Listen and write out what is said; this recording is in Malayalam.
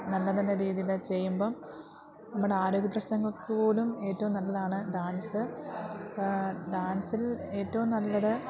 നല്ല നല്ല രീതിയില് ചെയ്യുമ്പോള് നമ്മുടെ ആരോഗ്യപ്രശ്നങ്ങൾക്ക് പോലും ഏറ്റവും നല്ലതാണ് ഡാൻസ് ഡാൻസിൽ എറ്റവും നല്ലത്